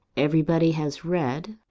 everybody has read,